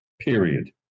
period